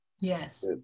yes